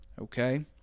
Okay